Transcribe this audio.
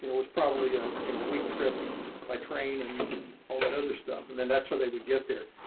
you know was probably a you know a week trip by train and all that other stuff and then that's where they would get there.